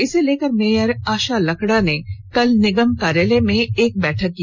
इसे लेकर मेयर आशा लकड़ा ने कल निगम कार्यालय में एक बैठक की